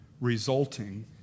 resulting